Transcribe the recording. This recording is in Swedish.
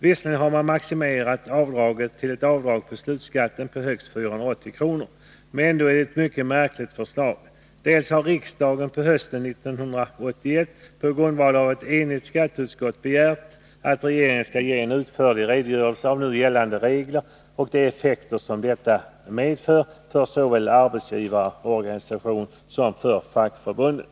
Visserligen har man maximerat avdraget till ett avdrag på högst 480 kr., men det är ändå ett mycket märkligt förslag. Riksdagen begärde hösten 1981 på grundval av ett beslut av ett enigt skatteutskott att regeringen skall ge en utförlig redogörelse av nu gällande regler och effekterna såväl för arbetsgivarorganisation som för fackförbund.